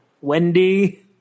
Wendy